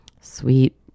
sweet